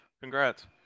Congrats